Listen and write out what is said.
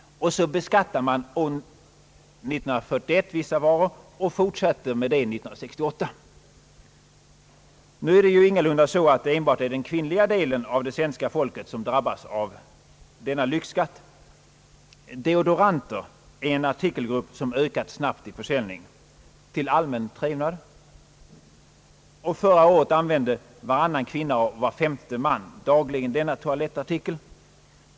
ror — och man fortsätter med det år 1968! Nu är det ingalunda enbart den kvinnliga delen av det svenska folket som drabbas av denna lyxskatt. Deodoranter är en artikelgrupp som ökat snabbt i försäljning — till allmän trevnad — och förra året använde varannan kvinna och var femte man dagligen denna toalettartikel.